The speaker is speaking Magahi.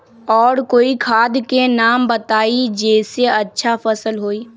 और कोइ खाद के नाम बताई जेसे अच्छा फसल होई?